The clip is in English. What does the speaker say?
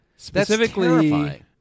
Specifically